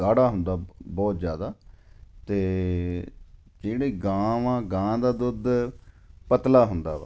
ਗਾੜਾ ਹੁੰਦਾ ਬਹੁਤ ਜ਼ਿਆਦਾ ਅਤੇ ਜਿਹੜੇ ਗਾਂ ਵਾ ਗਾਂ ਦਾ ਦੁੱਧ ਪਤਲਾ ਹੁੰਦਾ ਵਾ